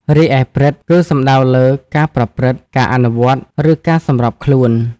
រីឯ "ព្រឹត្តិ" គឺសំដៅលើការប្រព្រឹត្ត ការអនុវត្ត ឬការសម្របខ្លួន។